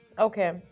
Okay